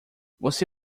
você